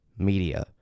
media